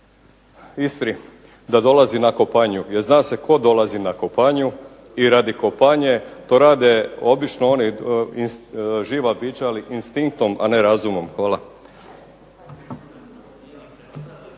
Istri, da dolazi na kopanju, jer zna se tko dolazi na kopanju i radi kopanje. To rade obično oni, živa bića ali instinktom a ne razumom. Hvala.